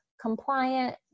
compliant